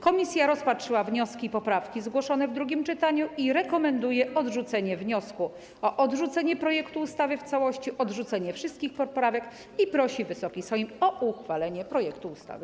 Komisja rozpatrzyła wnioski i poprawki zgłoszone w drugim czytaniu i rekomenduje odrzucenie wniosku o odrzucenie projektu ustawy w całości, odrzucenie wszystkich poprawek i prosi Wysoki Sejm o uchwalenie projektu ustawy.